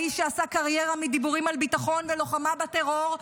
האיש שעשה קריירה מדיבורים על ביטחון ועל לוחמה בטרור,